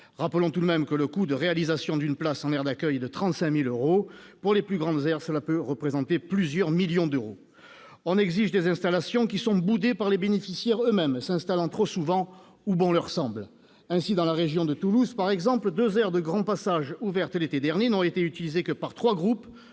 Rappelons tout de même que le coût de réalisation d'une place d'aire d'accueil est de 35 000 euros. Pour les plus grandes aires, cela peut représenter plusieurs millions d'euros ! On exige des installations qui sont boudées par les bénéficiaires eux-mêmes, s'installant trop souvent où bon leur semble. Ainsi, dans la région de Toulouse, deux aires de grand passage ouvertes l'été dernier n'ont été utilisées que par trois groupes,